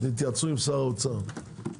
תתייעצו עם שר האוצר.